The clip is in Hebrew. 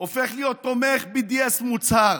הופך להיות תומך BDS מוצהר,